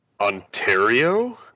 ontario